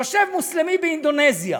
יושב מוסלמי באינדונזיה,